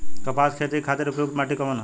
कपास क खेती के खातिर सबसे उपयुक्त माटी कवन ह?